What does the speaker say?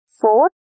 fourth